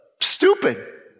stupid